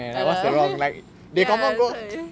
அதான்:athaan ya that's why